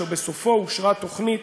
ובסופו אושרה תוכנית